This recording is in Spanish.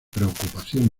preocupación